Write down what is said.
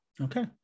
Okay